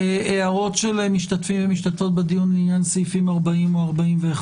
הערות של משתתפים ומשתתפות בדיון לעניין סעיפים 40 ו-41?